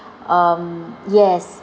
um yes